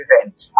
event